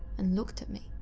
and looked at me.